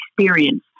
experience